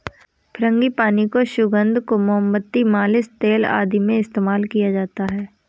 frangipani की सुगंध को मोमबत्ती, मालिश तेल आदि में इस्तेमाल किया जाता है